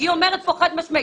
היא אומרת פה חד משמעית.